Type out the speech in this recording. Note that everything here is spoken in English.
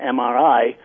MRI